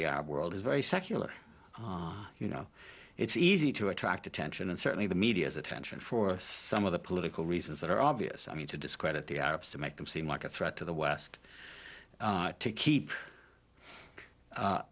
the arab world is very secular you know it's easy to attract attention and certainly the media's attention for some of the political reasons that are obvious i mean to discredit the arabs to make them seem like a threat to the west to keep